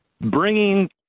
bringing